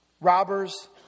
robbers